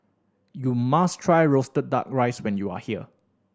you must try roasted Duck Rice when you are here